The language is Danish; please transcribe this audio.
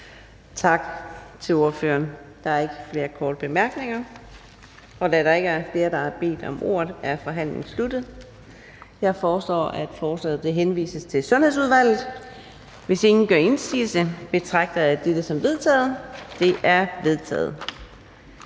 Tak til ordføreren. Der er ikke nogen korte bemærkninger. Da der ikke er flere, der har bedt om ordet, er forhandlingen sluttet. Jeg foreslår, at forslaget henvises til Erhvervsudvalget. Hvis ingen gør indsigelse, betragter jeg dette som vedtaget. Det er vedtaget.